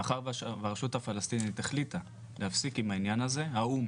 מאחר שהרשות הפלסטינית החליטה להפסיק עם העניין הזה האו"ם